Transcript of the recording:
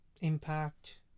impact